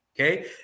okay